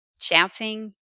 shouting